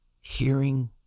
hearing